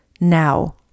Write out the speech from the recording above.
now